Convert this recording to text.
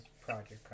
project